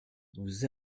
vous